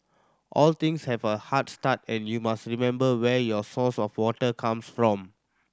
all things have a hard start and you must remember where your source of water comes from